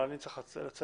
אבל אני צריך לצאת.